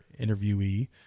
interviewee